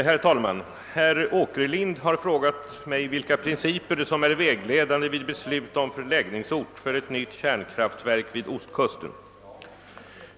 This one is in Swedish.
Herr talman! Herr Åkerlind har frågat mig vilka principer som är vägledande vid beslut om förläggningsort för ett nytt kärnkraftverk vid Ostkusten.